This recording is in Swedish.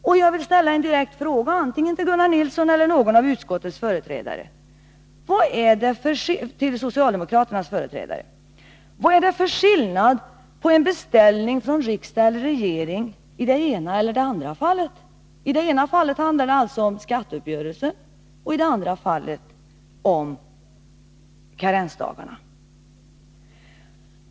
Låt mig också ställa en direkt fråga till Gunnar Nilsson eller till någon annan av socialdemokraternas företrädare: Vad är det för skillnad på en beställning från riksdag eller regering i det ena eller andra fallet? I det ena fallet handlar det alltså om skatteuppgörelsen och i det andra om karensdagarna.